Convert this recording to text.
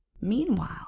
Meanwhile